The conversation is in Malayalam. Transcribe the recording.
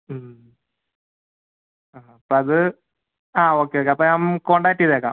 ഉം അപ്പം അത് ആ ഓക്കെ ഓക്കെ അപ്പം ഞാൻ കോണ്ടാക്റ്റ് ചെയ്തേക്കാം